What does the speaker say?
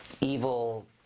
evil